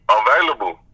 available